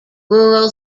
rural